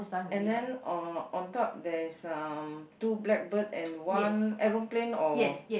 and then uh on top there is um two black bird and one aeroplane or